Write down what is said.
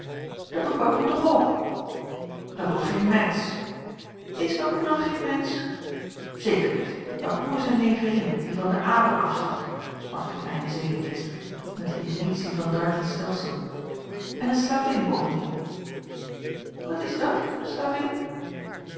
dat doet baboe toch ook dat doet geen mensch is baboe dan geen mensch zeker niet baboe is eene negerin die van de apen afstamt sprak de kleine zedenmeester met de intuïtie van darwin's stelsel en eene slavin bovendien wat is dat eene